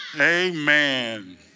Amen